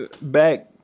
back